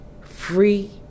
free